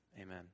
Amen